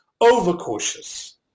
overcautious